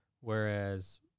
Whereas